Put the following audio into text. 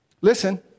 Listen